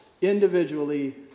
Individually